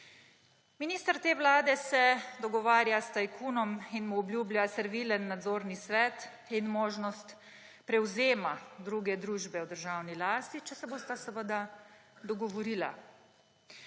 Minister te vlade se dogovarja s tajkunom in mu obljublja servilen nadzorni svet in možnost prevzema druge družbe v državni lasti, če se bosta seveda dogovorila.